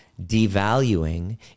devaluing